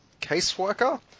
caseworker